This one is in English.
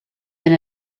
been